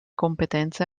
competenze